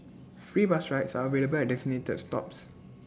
free bus rides are available at designated stops